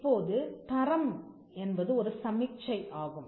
இப்போது தரம் என்பது ஒரு சமிக்ஜை ஆகும்